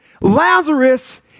Lazarus